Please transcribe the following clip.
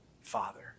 Father